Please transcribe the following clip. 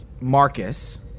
Marcus